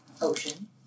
ocean